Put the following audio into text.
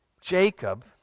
Jacob